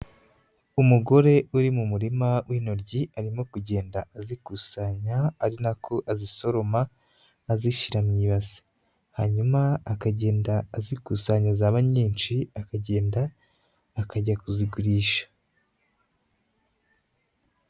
Umugore uri mu murima w'intoryi, arimo kugenda azikusanya ari nako azisoroma azishyira mu ibase, hanyuma akagenda azikusanya zaba nyinshi akagenda akajya kuzigurisha.